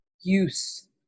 use